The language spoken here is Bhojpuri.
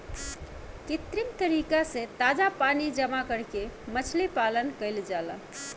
कृत्रिम तरीका से ताजा पानी जामा करके मछली पालन कईल जाला